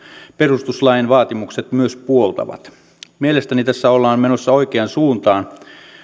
perustuslain vaatimukset myös puoltavat mielestäni tässä ollaan menossa oikeaan suuntaan